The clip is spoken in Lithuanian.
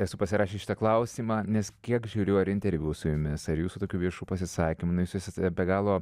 esu pasirašęs šitą klausimą nes kiek žiūriu ar interviu su jumis ar jūsų tokių viešų pasisakymų na jūs esat be galo